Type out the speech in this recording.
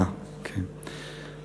אה, כן.